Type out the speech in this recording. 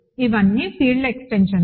అవన్నీ ఫీల్డ్ ఎక్స్టెన్షన్లు